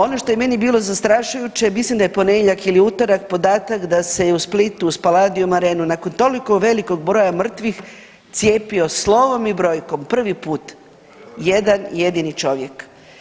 Ono što je meni bilo zastrašujuće mislim da je ponedjeljak ili utorak podatak da se je u Splitu u Spaladium arenu nakon toliko velikog broja mrtvih cijepio slovom i brojkom prvi put jedan jedini čovjek.